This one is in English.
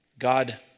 God